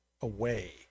away